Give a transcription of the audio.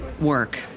work